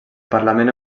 parlament